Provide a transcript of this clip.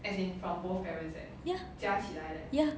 ya ya